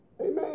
Amen